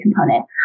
component